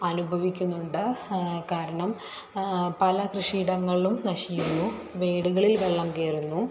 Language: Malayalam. അനുഭവിക്കുന്നുണ്ട് കാരണം പല കൃഷി ഇടങ്ങളിലും നശിക്കുന്നു വീടുകളിൽ വെള്ളം കയറുന്നു